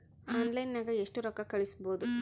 ಆನ್ಲೈನ್ನಾಗ ಎಷ್ಟು ರೊಕ್ಕ ಕಳಿಸ್ಬೋದು